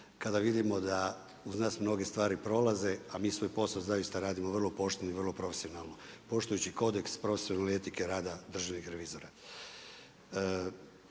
kada vidimo da uz nas mnoge stvari prolaze, a mi svoj posao zaista radimo vrlo pošteno i vrlo profesionalno, poštujući kodeks … etike rada državnih revizora.